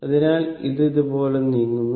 അതിനാൽ ഇത് ഇതുപോലെ നീങ്ങുന്നു